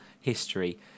history